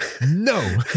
No